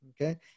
okay